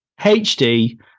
HD